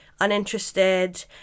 uninterested